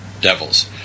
devils